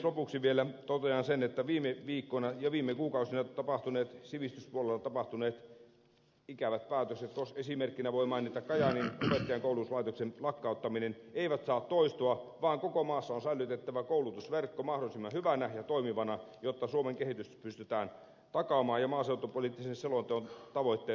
lopuksi vielä totean sen että viime viikkoina ja viime kuukausina sivistyspuolella tapahtuneet ikävät päätökset esimerkkinä voi mainita kajaanin opettajankoulutuslaitoksen lakkauttamisen eivät saa toistua vaan koko maassa on säilytettävä koulutusverkko mahdollisimman hyvänä ja toimivana jotta suomen kehitys pystytään takaamaan ja maaseutupoliittisen selonteon tavoitteet toteutuvat